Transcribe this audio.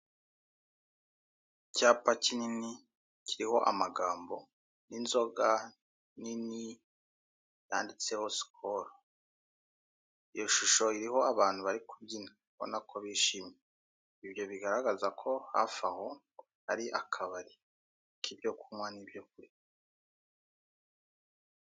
Icyapa kinini, kiriho amagambo n'inzoga nini yanditseho sikoro. Iyo shusho iriho abantu bari kubyina, ubona ko bishimye. Ibyo bigaragaza ko hafi aho hari akabari. K'ibyo kunywa no kurya.